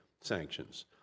sanctions